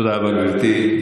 תודה רבה, גברתי.